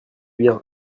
bien